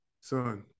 son